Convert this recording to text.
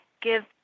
give